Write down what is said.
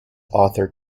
arthur